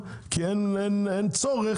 כי אין צורך,